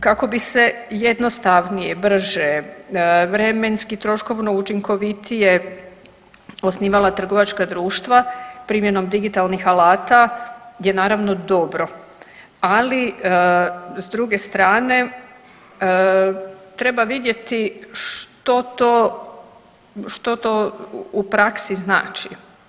Kako bi se jednostavnije, brže, vremenski, troškovno, učinkovitije osnivala trgovačka društva primjenom digitalnih alata je naravno dobro, ali s druge strane treba vidjeti što to, što to u praksi znači.